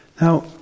Now